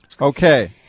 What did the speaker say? Okay